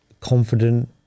confident